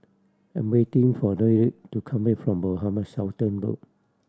I'm waiting for Deryl to come back from Mohamed Sultan Road